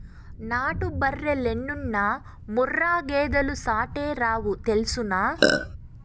నాటు బర్రెలెన్నున్నా ముర్రా గేదెలు సాటేరావు తెల్సునా